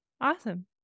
Awesome